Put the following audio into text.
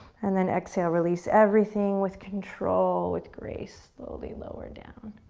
and then exhale, release everything with control, with grace, slowly lower down.